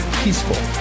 peaceful